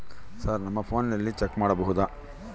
Sir ನಮ್ಮ ಫೋನಿನಲ್ಲಿ check ಮಾಡಬಹುದಾ?